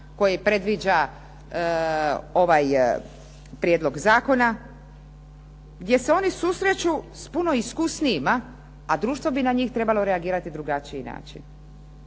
koje predviđa ovaj prijedlog zakona gdje se oni susreću s puno iskusnijima, a društvo bi na njih trebalo reagirati na drugačiji način.